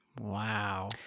Wow